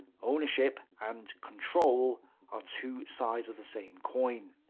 ownership and control are two sides of the same coin.